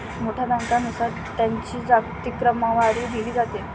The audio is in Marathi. मोठ्या बँकांनुसार त्यांची जागतिक क्रमवारी दिली जाते